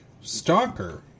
stalker